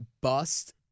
bust